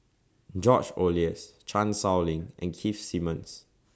George Oehlers Chan Sow Lin and Keith Simmons